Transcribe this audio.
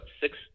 six